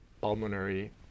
pulmonary